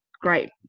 great